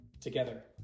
together